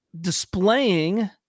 displaying